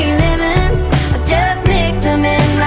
lemons just mix em in